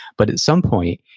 but at some point,